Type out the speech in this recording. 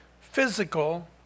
physical